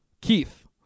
Keith